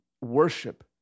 worship